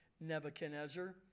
Nebuchadnezzar